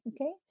okay